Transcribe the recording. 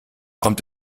kommt